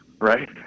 right